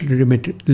limited